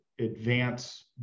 advance